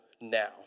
now